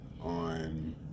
on